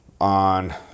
on